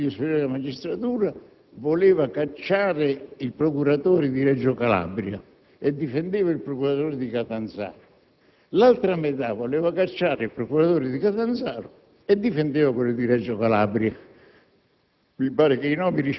metà del Consiglio superiore della magistratura voleva cacciare il procuratore di Reggio Calabria e difendeva il procuratore di Catanzaro, l'altra metà voleva cacciare il procuratore di Catanzaro e difendeva quello di Reggio Calabria.